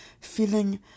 feeling